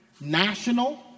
national